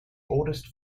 oldest